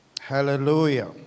Hallelujah